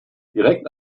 direkt